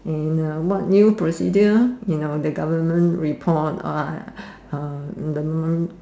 and uh what new procedure you know the government report !wah! uh in the